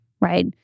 right